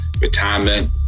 retirement